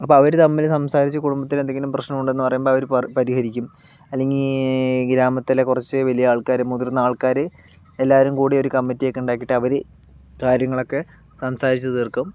അപ്പം അവർ തമ്മിൽ സംസാരിച്ച് കുടുംബത്തിൽ എന്തെങ്കിലും പ്രശ്നമുണ്ടെന്നു പറയുമ്പോൾ അവർ പർ പരിഹരിയ്ക്കും അല്ലെങ്കിൽ ഗ്രാമത്തിലെ കുറച്ച് വലിയ ആൾക്കാർ മുതിർന്ന ആൾക്കാർ എല്ലാവരും കൂടി ഒരു കമ്മിറ്റിയൊക്കെ ഉണ്ടാക്കിയിട്ട് അവർ കാര്യങ്ങളൊക്കെ സംസാരിച്ചു തീർക്കും